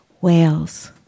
whales